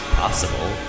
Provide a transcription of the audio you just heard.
possible